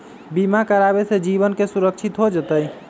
बीमा करावे से जीवन के सुरक्षित हो जतई?